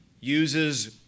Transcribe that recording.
uses